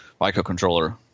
microcontroller